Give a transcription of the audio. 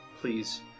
please